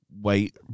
Wait